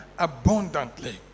abundantly